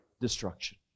destruction